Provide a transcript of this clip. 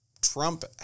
Trump